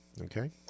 Okay